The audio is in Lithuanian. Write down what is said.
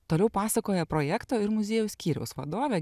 toliau pasakoja projekto ir muziejaus skyriaus vadovė